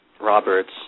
Roberts